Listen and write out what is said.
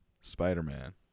Spider-Man